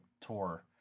tour